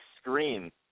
screen